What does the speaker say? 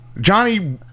Johnny